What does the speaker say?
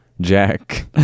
Jack